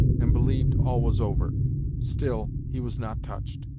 and believed all was over still, he was not touched.